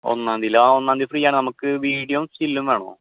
ഒന്നാം തീയതി അല്ലേ ആ ഒന്നാം തീയതി ഫ്രീ ആണ് നമുക്ക് വിഡിയോയും സ്റ്റില്ലും വേണോ